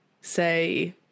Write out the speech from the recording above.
say